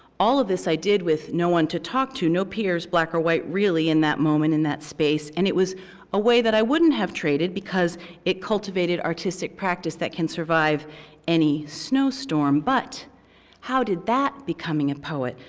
all of this i did with no one to talk to, no peers, black or white, really in that moment, in that space. and it was a way that i wouldn't have traded, because it cultivated artistic practice that can survive any snow storm. but how did that becoming a poet.